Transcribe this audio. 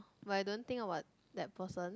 but I don't think about that person